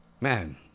Man